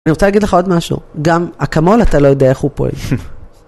אני רוצה להגיד לך עוד משהו, גם אקמול אתה לא יודע איך הוא פועל.